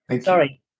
sorry